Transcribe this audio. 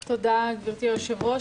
תודה, גברתי היושבת-ראש.